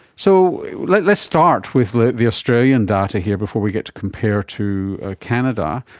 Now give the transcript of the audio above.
so let's start with the australian data here before we get to compare to ah canada,